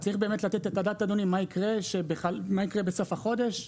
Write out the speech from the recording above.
צריך לתת את הדעת מה יקרה בסוף החודש,